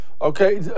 Okay